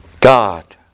God